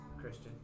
Christian